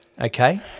Okay